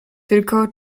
tylko